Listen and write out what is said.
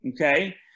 okay